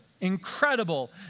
incredible